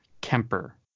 Kemper